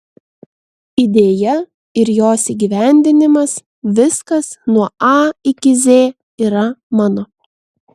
idėja ir jos įgyvendinimas viskas nuo a iki z yra mano